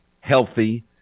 healthy